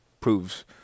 proves